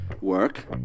work